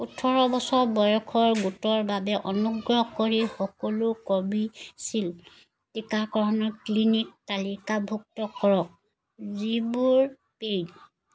ওঁঠৰ বছৰ বয়সৰ গোটৰ বাবে অনুগ্ৰহ কৰি সকলো কোভিচিল্ড টীকাকৰণৰ ক্লিনিক তালিকাভুক্ত কৰক যিবোৰ পেইড